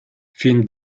fin